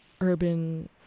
urban